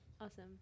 awesome